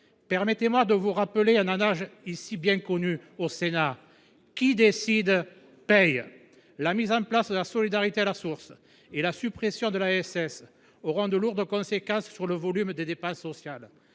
Permettez moi de vous rappeler un adage bien connu ici, au Sénat :« Qui décide paie. » La mise en place de la solidarité à la source et la suppression de l’ASS auront de lourdes conséquences sur le volume des dépenses sociales.